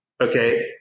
Okay